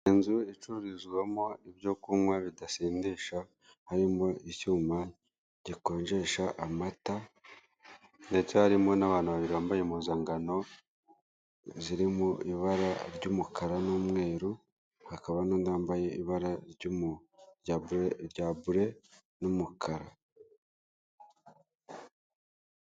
Inzu icururizwamo ibyo kunywa bidasindisha, harimo icyuma gikonjesha amata ndetse harimo n'abantu babiri bambaye impuzangano zirimo ibara ry'umukara n'umweru, hakaba n'undi wambaye ibara rya bure n'umukara.